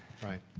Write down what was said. right.